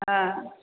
हँ